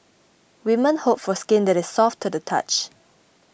women hope for skin that is soft to the touch